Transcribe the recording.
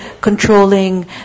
controlling